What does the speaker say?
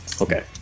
Okay